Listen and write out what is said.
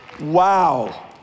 Wow